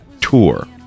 tour